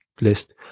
list